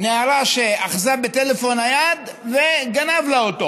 נערה שאחזה בטלפון נייד וגנב לה אותו.